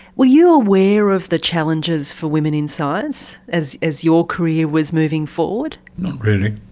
were you aware of the challenges for women in science, as as your career was moving forward? not really,